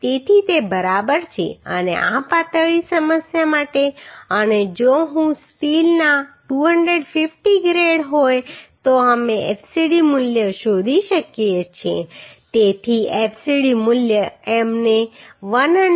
તેથી તે બરાબર છે અને આ પાતળી સમસ્યા માટે અને જો હું સ્ટીલનો 250 ગ્રેડ હોય તો અમે fcd મૂલ્ય શોધી શકીએ છીએ તેથી fcd મૂલ્ય અમને 135